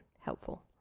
helpful